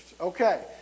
Okay